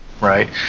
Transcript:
Right